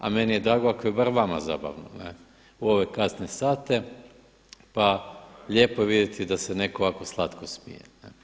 A meni je drago ako je bar vama zabavno u ove kasne sate pa lijepo je vidjeti da se neko ovako slatko smije.